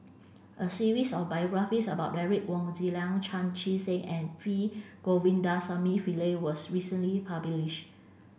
a series of biographies about Derek Wong Zi Liang Chan Chee Seng and P Govindasamy Pillai was recently published